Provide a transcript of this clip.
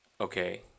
Okay